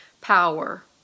Power